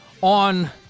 on